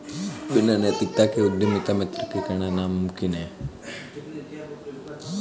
बिना नैतिकता के उद्यमिता में तरक्की करना नामुमकिन है